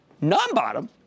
non-bottom